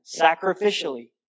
sacrificially